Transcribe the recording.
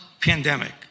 pandemic